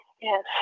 Yes